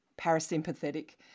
parasympathetic